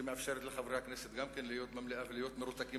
שמאפשרת לחברי הכנסת גם להיות במליאה ולהיות מרותקים